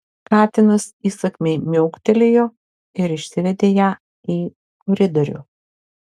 katinas įsakmiai miauktelėjo ir išsivedė ją į koridorių